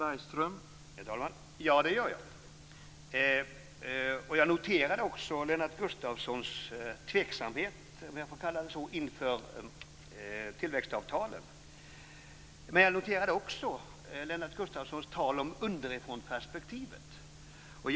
Herr talman! Ja, det gör jag. Jag noterade Lennart Gustavssons tveksamhet - om jag får kalla det så - inför tillväxtavtalen. Men jag noterade också Lennart Gustavssons tal om underifrånperspektivet.